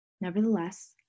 Nevertheless